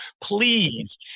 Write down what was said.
please